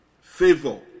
favor